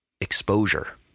exposure